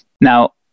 Now